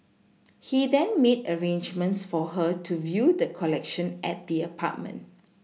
he then made arrangements for her to view the collection at the apartment